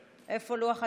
איפה לוח התיקונים?